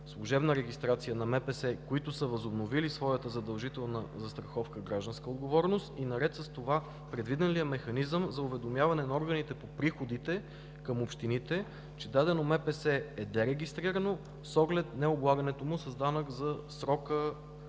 служебна регистрация на МПС, които са възобновили своята задължителна застраховка „Гражданска отговорност”, и наред с това предвиден ли е механизъм за уведомяване на органите по приходите към общините, че дадено МПС е дерегистрирано с оглед необлагането му с данък за срока,